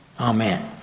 Amen